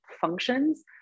functions